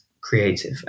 creative